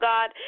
God